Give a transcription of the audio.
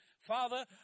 Father